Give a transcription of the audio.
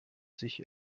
sich